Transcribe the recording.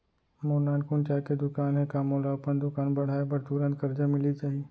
मोर नानकुन चाय के दुकान हे का मोला अपन दुकान बढ़ाये बर तुरंत करजा मिलिस जाही?